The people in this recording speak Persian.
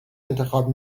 انتخاب